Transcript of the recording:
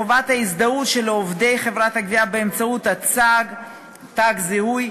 חובת ההזדהות של עובדי חברת הגבייה באמצעות הצגת תג זיהוי,